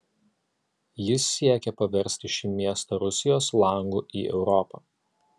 jis siekė paversti šį miestą rusijos langu į europą